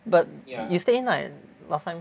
but you stay in right last time